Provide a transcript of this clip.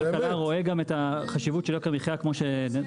משרד הכלכלה רואה גם את החשיבות של יוקר המחיה כמו שנדונה